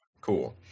Cool